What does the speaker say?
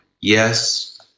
Yes